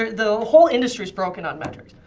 the whole industry is broken on metrics.